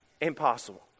Impossible